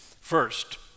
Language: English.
First